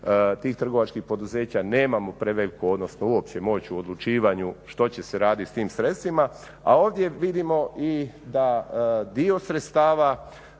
tih trgovačkih poduzeća nemamo preveliku odnosno uopće moć u odlučivanju što će se raditi s tim sredstvima. A ovdje vidimo da dio sredstava